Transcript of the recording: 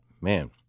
man